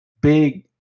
big